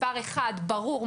מספר אחד ברור,